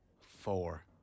Four